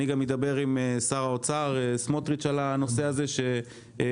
אני גם אדבר עם שר האוצר סמוטריץ' על הנושא הזה שיסייע,